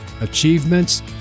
achievements